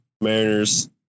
Mariners